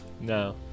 No